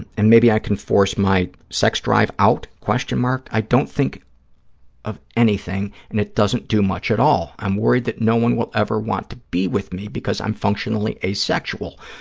and and maybe i can force my sex drive out, question mark. i don't think of anything and it doesn't do much at all. i'm worried that no one will ever want to be with me because i'm functionally asexual,